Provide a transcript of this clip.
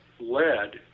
lead